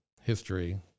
history